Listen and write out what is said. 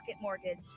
Mortgage